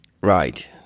right